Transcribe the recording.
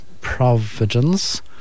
providence